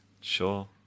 Sure